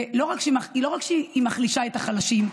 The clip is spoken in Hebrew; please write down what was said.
ולא רק שהיא מחלישה את החלשים,